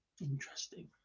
Interesting